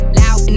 loud